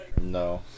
No